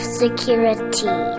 security